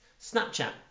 Snapchat